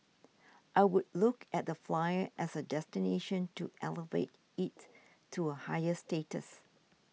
I would look at the Flyer as a destination to elevate it to a higher status